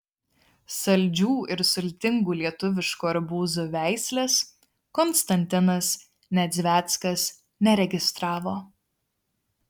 saldžių ir sultingų lietuviškų arbūzų veislės konstantinas nedzveckas neregistravo